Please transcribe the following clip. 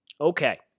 Okay